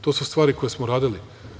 To su stvari koje smo uradili.